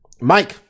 Mike